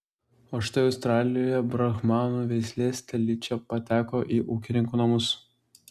o štai australijoje brahmanų veislės telyčia pateko į ūkininkų namus